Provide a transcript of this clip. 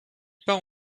part